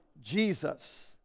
Jesus